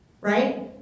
Right